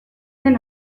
den